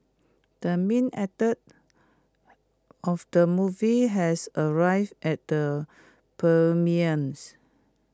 the main actor of the movie has arrived at the premieres